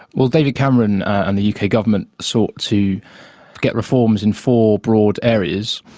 well, david cameron and the uk ah government sought to get reforms in four broad areas,